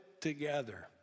together